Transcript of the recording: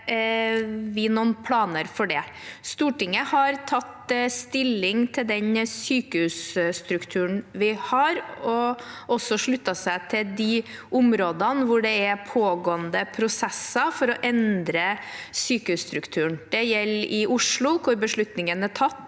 Stortinget har tatt stilling til den sykehusstrukturen vi har, og også sluttet seg til de områdene hvor det er pågående prosesser for å endre sykehusstrukturen. Det gjelder i Oslo, hvor beslutningen er tatt